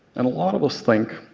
and a lot of us think,